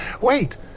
Wait